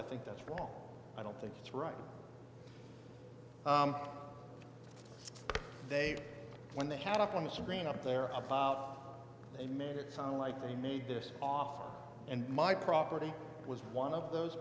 i think that's wrong i don't think it's right they when they had up on the screen up there they made it sound like they made this offer and my property was one of those